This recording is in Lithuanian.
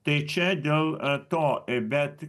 tai čia dėl a to bet